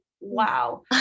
wow